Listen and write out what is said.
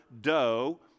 dough